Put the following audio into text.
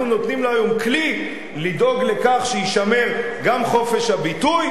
אנחנו נותנים לה היום כלי לדאוג לכך שיישמר גם חופש הביטוי,